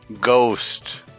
Ghost